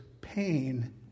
pain